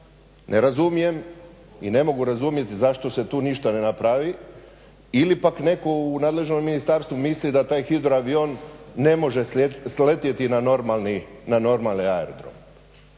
Ne razumijem i ne mogu razumjeti zašto se tu ništa ne napravi ili pak netko u nadležnom ministarstvu misli da taj hidroavion ne može sletjeti na normalni aerodrom.